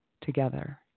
together